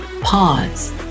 Pause